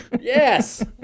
Yes